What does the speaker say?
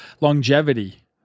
longevity